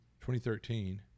2013